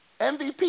MVP